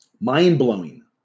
Mind-blowing